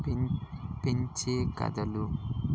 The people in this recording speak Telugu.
పిం పెంచే కథలు